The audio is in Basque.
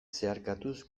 zeharkatuz